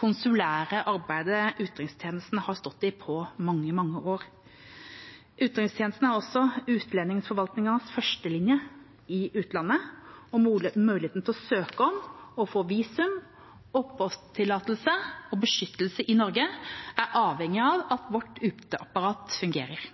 konsulære arbeidet utenrikstjenesten har stått i på mange, mange år. Utenrikstjenesten er også utlendingsforvaltningens førstelinje i utlandet. Muligheten til å søke om – og få – visum, oppholdstillatelse og beskyttelse i Norge er avhengig av at vårt uteapparat fungerer.